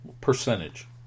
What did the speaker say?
Percentage